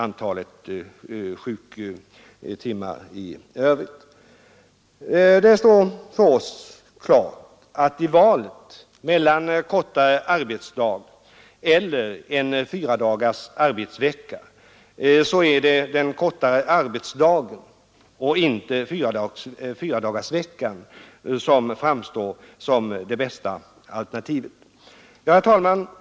Det står för oss klart att i valet mellan kortare arbetsdag och fyradagarsvecka är den kortare arbetsdagen, inte fyradagarsveckan, det bästa alternativet. Herr talman!